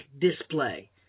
display